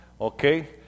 okay